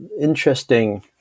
interesting